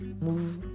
move